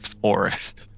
Forest